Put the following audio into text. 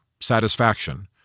satisfaction